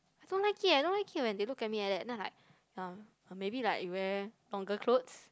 I don't like it eh I don't like it when they look at me like that then I like uh maybe like you wear longer clothes